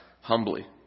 humbly